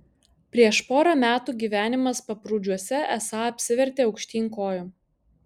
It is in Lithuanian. prieš porą metų gyvenimas paprūdžiuose esą apsivertė aukštyn kojom